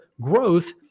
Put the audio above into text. growth